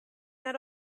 that